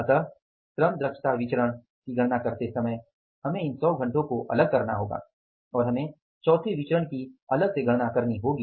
अतः श्रम दक्षता विचरण की गणना करते समय हमें इन सौ घंटों को अलग करना होगा और हमें चौथे विचरण की अलग से गणना करनी होगी